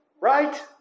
Right